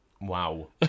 Wow